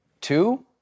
two